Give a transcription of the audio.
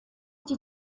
iki